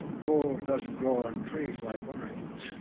gold doesn't grow on trees like oranges.